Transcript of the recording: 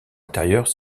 intérieure